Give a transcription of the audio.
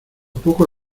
poco